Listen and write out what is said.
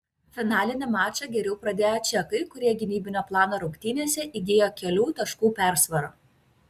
finalinį mačą geriau pradėjo čekai kurie gynybinio plano rungtynėse įgijo kelių taškų persvarą